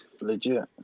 Legit